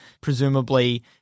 presumably